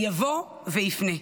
יבוא ויפנה.